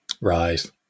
Right